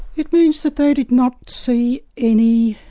it means that they did not see any